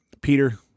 Peter